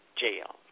jail